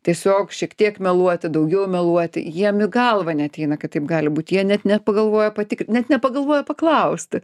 tiesiog šiek tiek meluoti daugiau meluoti jiem į galvą neateina kad taip gali būti net nepagalvoja patik net nepagalvoja paklausti